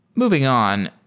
moving on,